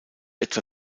etwa